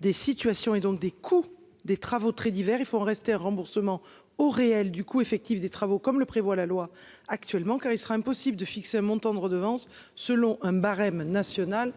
des situations et donc des coûts des travaux très divers, il faut rester remboursement au réel du coup effectif des travaux, comme le prévoit la loi actuellement car il sera impossible de. Ce montant de redevance selon un barème national